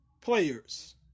players